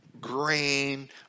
grain